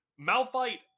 Malphite